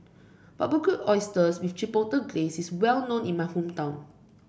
Barbecued Oysters with Chipotle Glaze is well known in my hometown